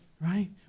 Right